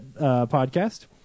podcast